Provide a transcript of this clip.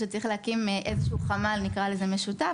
שצריך להקים איזשהו חמ"ל נקרא לזה משותף,